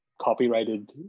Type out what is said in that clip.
copyrighted